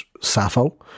Sappho